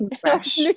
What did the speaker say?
fresh